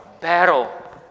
battle